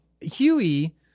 Huey